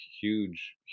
huge